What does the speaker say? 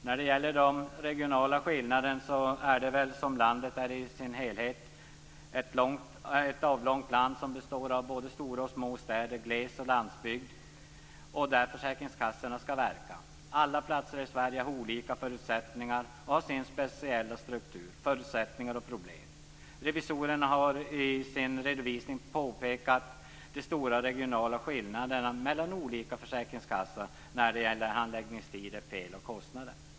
När det gäller regionala skillnader är Sverige ett avlångt land som består av stora och mindre städer, av gles och landsbygd där försäkringskassorna skall verka. Alla platser i Sverige har olika förutsättningar och har sin speciella struktur, sina speciella förutsättningar och problem. Revisorerna har i sin redovisning påpekat de stora regionala skillnaderna mellan olika försäkringskassor när det gäller handläggningstider, fel och kostnader.